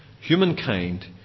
Humankind